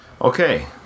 Okay